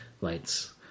lights